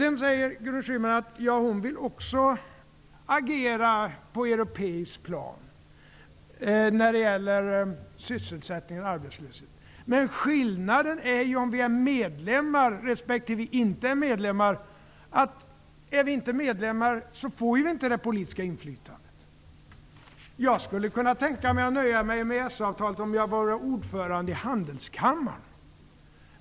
Sedan sade Gudrun Schyman att hon också ville agera på ett europeiskt plan när det gäller sysselsättning och arbetslöshet. Det är skillnad på om vi är medlemmar respektive inte medlemmar. Om vi inte är medlemmar, får vi inte det politiska inflytandet. Jag skulle kunna nöja mig med EES avtalet om jag vore ordförande i Handelskammaren.